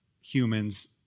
humans